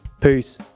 Peace